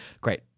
Great